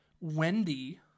Wendy